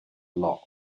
law